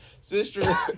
Sister